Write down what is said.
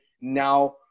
Now